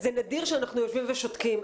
זה נדיר שאנחנו יושבים ושותקים.